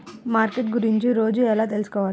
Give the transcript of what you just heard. Market గురించి రోజు ఎలా తెలుసుకోవాలి?